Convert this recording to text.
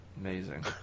Amazing